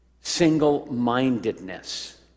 single-mindedness